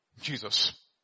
Jesus